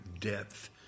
depth